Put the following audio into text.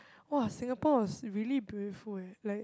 !wah! Singapore was really beautiful eh like